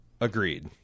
Agreed